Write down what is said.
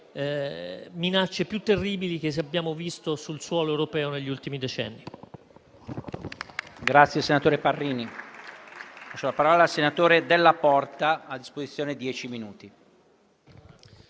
delle minacce più terribili che abbiamo visto sul suolo europeo negli ultimi decenni.